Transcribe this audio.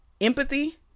empathy